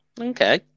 Okay